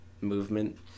movement